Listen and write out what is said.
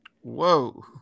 Whoa